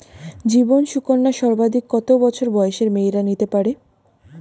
জীবন সুকন্যা সর্বাধিক কত বছর বয়সের মেয়েরা নিতে পারে?